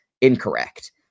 incorrect